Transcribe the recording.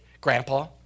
Grandpa